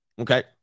Okay